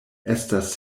estas